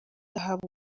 ahabwa